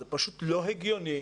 זה לא הגיוני,